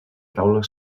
taula